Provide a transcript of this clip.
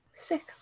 sick